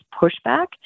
pushback